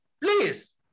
please